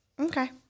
Okay